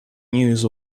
news